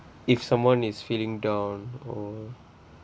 if someone is feeling down or